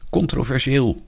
Controversieel